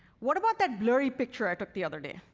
what about that blurry picture i took the other day?